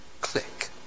Click